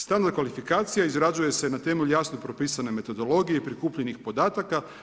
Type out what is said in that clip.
Standard kvalifikacija izrađuje se na temelju jasno propisane metodologije i prikupljenih podataka.